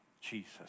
Jesus